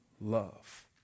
love